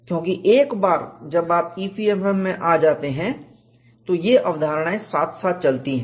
क्योंकि एक बार जब आप EPFM में आ जाते हैं तो यह अवधारणाएं साथ साथ चलती हैं